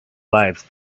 lives